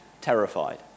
terrified